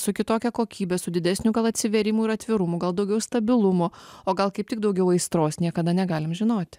su kitokia kokybe su didesniu gal atsivėrimu ir atvirumu gal daugiau stabilumo o gal kaip tik daugiau aistros niekada negalim žinoti